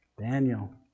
Daniel